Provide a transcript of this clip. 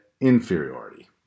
inferiority